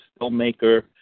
filmmaker